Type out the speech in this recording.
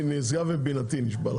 זה נשגב מבינתי, נשבע לכם.